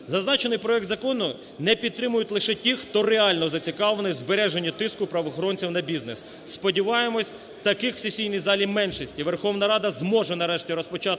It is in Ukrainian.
Зазначений проект закону не підтримують лише ті, хто реально зацікавлений в збереженні тиску правоохоронців на бізнес. Сподіваємось, таких в сесійній залі меншість, і Верховна Ради зможе, нарешті, розпочати